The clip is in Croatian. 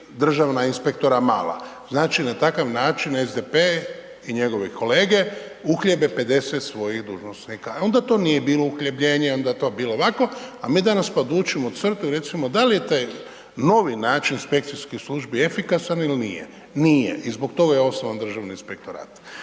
državna inspektora mala, znači, na takav način SDP i njegovi kolege uhljebe 50 svojih dužnosnika, onda to nije bilo uhljebljenje, onda je to bilo ovako, a mi danas podvučemo crtu i recimo dal je taj novi način inspekcijskih službi efikasan il nije? Nije i zbog toga je osnovan Državni inspektorat.